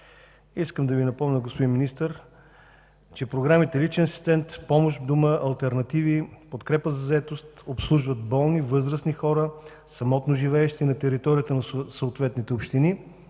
Искам да Ви напомня, господин Министър, че програмите „Личен асистент”, „Помощ в дома”, „Алтернативи”, „Подкрепа за заетост” обслужват болни, възрастни хора, самотно живеещи на територията на съответните общини,